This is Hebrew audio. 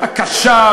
הקשה,